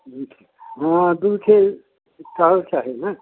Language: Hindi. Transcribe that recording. हाँ दुखे और चाही ना